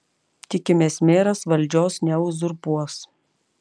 tikimės meras valdžios neuzurpuos